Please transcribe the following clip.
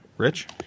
rich